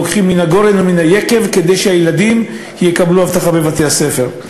לוקחות מן הגורן ומן היקב כדי שלילדים תהיה אבטחה בבתי-הספר.